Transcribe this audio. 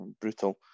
brutal